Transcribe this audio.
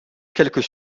quelques